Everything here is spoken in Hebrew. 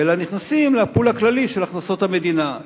אלא נכנסות לפול הכללי של הכנסות המדינה.